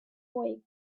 awake